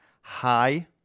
Hi